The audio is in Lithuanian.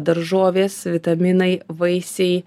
daržovės vitaminai vaisiai a greit